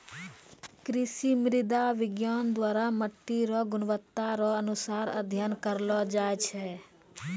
कृषि मृदा विज्ञान द्वरा मट्टी रो गुणवत्ता रो अनुसार अध्ययन करलो जाय छै